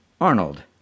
Arnold